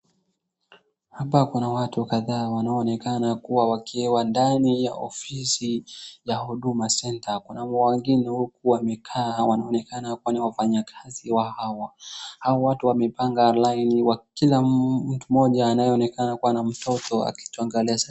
Hapa kuna watu kadhaa wanaonekana kuwa wakiwa ndani ya ofisi ya Huduma Center. Kuna wengine huku wamekaa wanaonekana kuwa ni wafanyikazi wa hawa. Hao watu wamepanga laini kila mtu mmoja anayeonekana kuwa na mtoto akituangalia.